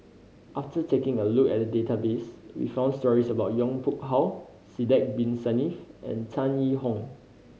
after taking a look at the database we found stories about Yong Pung How Sidek Bin Saniff and Tan Yee Hong